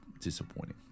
disappointing